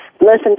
listen